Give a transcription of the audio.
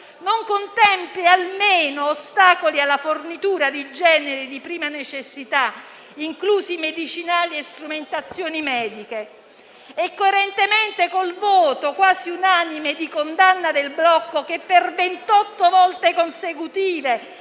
non contempli ostacoli alla fornitura di generi di prima necessità, inclusi medicinali e strumentazioni mediche. Ciò coerentemente, inoltre, con il voto, quasi unanime, di condanna del blocco, che per 28 volte consecutive